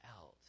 else